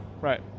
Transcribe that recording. Right